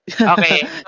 Okay